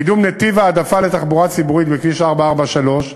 קידום נתיב העדפה לתחבורה ציבורית בכביש 443: